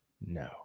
no